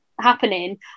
happening